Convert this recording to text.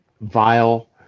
vile